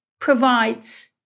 provides